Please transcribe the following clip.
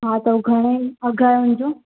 हा त हो घणो अघु आहे उनजो